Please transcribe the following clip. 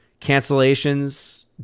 cancellations